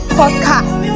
podcast